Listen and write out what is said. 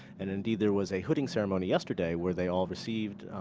and indeed there was a hooding ceremony yesterday, where they all received